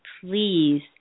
please